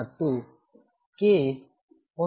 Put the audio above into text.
ಮತ್ತು k v